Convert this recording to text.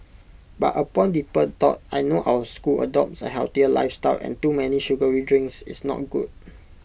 but upon deeper thought I know our school adopts A healthier lifestyle and too many sugary drinks is not good